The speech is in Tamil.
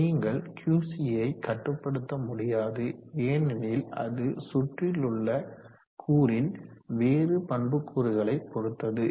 நீங்கள் QC ஐ கட்டுப்படுத்த முடியாது ஏனெனில் அது சுற்றில் உள்ள கூறின் வேறு பண்புக்கூறுகளை பொறுத்தது